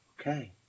okay